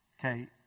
Okay